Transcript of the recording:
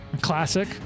Classic